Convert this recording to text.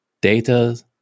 data